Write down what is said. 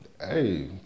hey